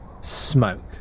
smoke